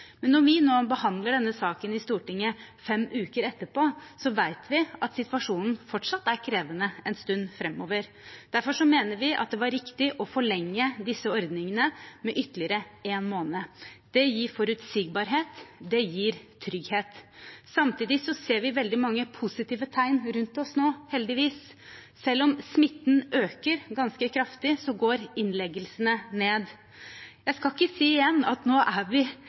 Når vi nå behandler denne saken i Stortinget fem uker etterpå, vet vi at situasjonen fortsatt vil være krevende en stund framover. Derfor mener vi at det var riktig å forlenge disse ordningene med ytterligere én måned. Det gir forutsigbarhet, og det gir trygghet. Samtidig ser vi veldig mange positive tegn rundt oss nå, heldigvis. Selv om smitten øker ganske kraftig, går innleggelsene ned. Jeg skal ikke si igjen at nå er vi